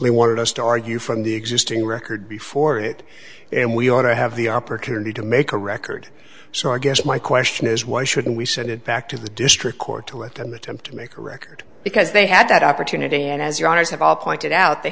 only wanted us to argue from the existing record before it and we ought to have the opportunity to make a record so i guess my question is why shouldn't we send it back to the district court to let them attempt to make a record because they had that opportunity and as your owners have all pointed out they